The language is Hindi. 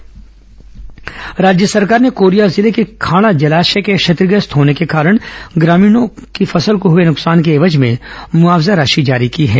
कोरिया खांडा मुआवजा राज्य सरकार ने कोरिया जिले के खांड़ा जलाशय के क्षतिग्रस्त होने के कारण ग्रामीणों की फसल को हुए नुकसान के एवज में मुआवजा राशि जारी की है